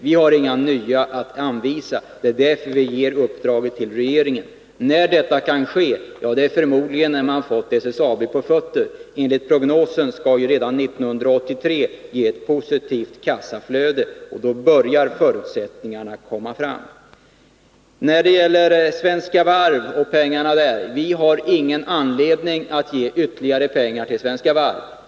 Vi har inga nya ägare att anvisa, det är därför vi vill ge det uppdraget till regeringen. Förmodligen kan man inte få nya ägare förrän vi har fått SSAB på fötter. Enligt prognosen skall redan 1983 ge ett positivt kassaflöde, och då börjar förutsättningarna komma fram. Vi har ingen anledning att ge ytterligare pengar till Svenska Varv.